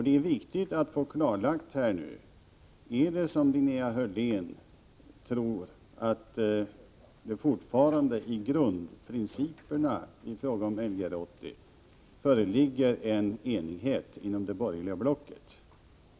Det är viktigt att få klarlagt om det är som Linnea Hörlén tror, att det fortfarande i grundprinciperna beträffande Lgr 80 föreligger enighet inom det borgerliga blocket.